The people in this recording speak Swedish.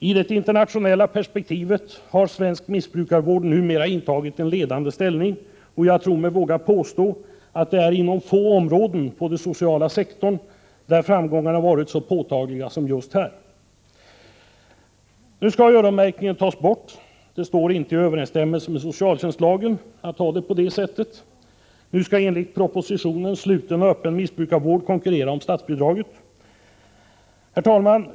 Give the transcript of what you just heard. I det internationella perspektivet intar svensk missbrukarvård numera en ledande ställning, och jag tror mig våga påstå att det är inom få områden på den sociala sektorn som framgångarna varit så påtagliga som just här. Nu skall ”öronmärkningen” tas bort. Det står inte i överensstämmelse med socialtjänstlagen att ha det på det sättet. Nu skall, enligt propositionen, sluten och öppen missbrukarvård konkurrera om statsbidraget. Herr talman!